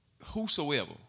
Whosoever